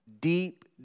deep